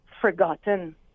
forgotten